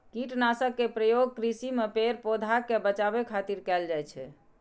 कीटनाशक के प्रयोग कृषि मे पेड़, पौधा कें बचाबै खातिर कैल जाइ छै